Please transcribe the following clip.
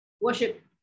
worship